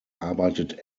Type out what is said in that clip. arbeitet